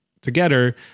together